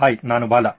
hi ನಾನು ಬಾಲಾ